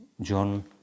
John